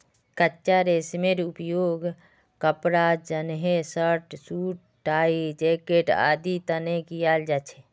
कच्चा रेशमेर उपयोग कपड़ा जंनहे शर्ट, सूट, टाई, जैकेट आदिर तने कियाल जा छे